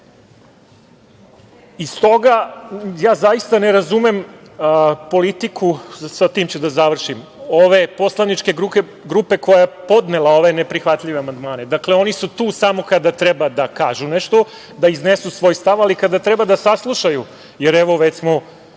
branimo. Stoga, zaista ne razumem politiku, sa tim ću da završim, ove poslaničke grupe koja je podnela ove neprihvatljive amandmane. Dakle, oni su tu samo kada treba da kažu nešto, da iznesu svoj stav, ali kada treba da saslušaju, jer, evo, već je